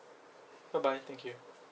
bye bye thank you